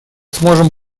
сможем